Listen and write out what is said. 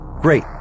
Great